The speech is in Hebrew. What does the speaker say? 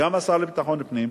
גם השר לביטחון פנים,